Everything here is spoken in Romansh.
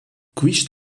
quist